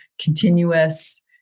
continuous